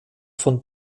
von